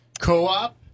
Co-op